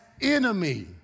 enemy